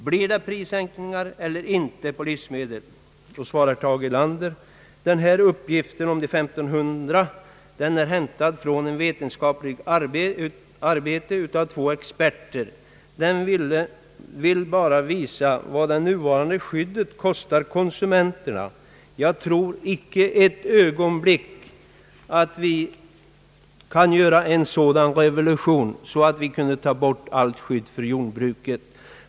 Blir det prissänkningar eller inte på livsmedel?» På det svarade herr Erlander: «Den här uppgiften om de 1500 är hämtad från ett vetenskapligt arbete av: två experter. Den vill bara visa vad det nuvarande skyddet kostar konsumenterna. Jag tror icke ett ögonblick att vi kan göra en sådan revolution, så att vi kunde ta bort allt skydd för jordbruket.